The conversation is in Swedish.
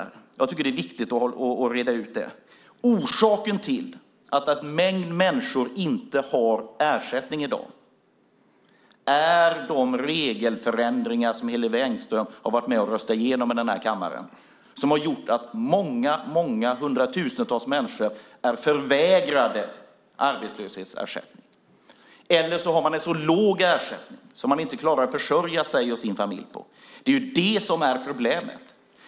Jag tycker att det är viktigt att reda ut det. Orsaken till att en mängd människor inte har ersättning i dag är de regelförändringar som Hillevi Engström har varit med och röstat igenom i den här kammaren. Det har gjort att hundratusentals människor är förvägrade arbetslöshetsersättning. Eller också har de en så låg ersättning att de inte klarar av att försörja sig och sin familj. Det är problemet.